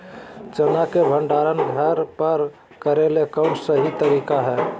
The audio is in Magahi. चना के भंडारण घर पर करेले कौन सही तरीका है?